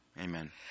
Amen